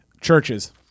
churches